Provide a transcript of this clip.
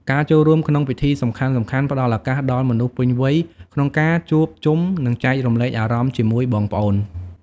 ការចូលរួមក្នុងពិធីសំខាន់ៗផ្ដល់ឱកាសដល់មនុស្សពេញវ័យក្នុងការជួបជុំ និងចែករំលែកអារម្មណ៍ជាមួយបងប្អូន។